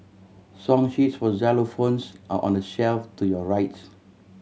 song sheets for xylophones are on the shelf to your right